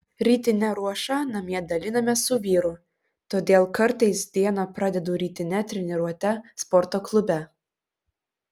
rytinę ruošą namie dalinamės su vyru todėl kartais dieną pradedu rytine treniruote sporto klube